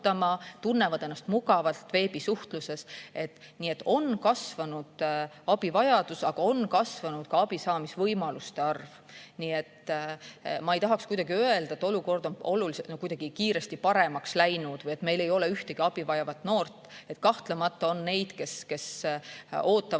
ennast mugavalt. Nii et on kasvanud abivajadus, aga on kasvanud ka abisaamise võimaluste arv. Ma ei tahaks kuidagi öelda, et olukord on kiiresti oluliselt paremaks läinud või et meil ei ole ühtegi abi vajavat noort. Kahtlemata on neid, kes ootavad